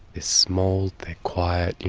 small, they're quiet,